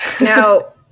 Now